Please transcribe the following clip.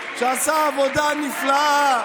שעשה עבודה נפלאה,